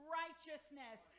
righteousness